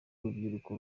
urubyiruko